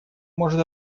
может